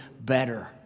better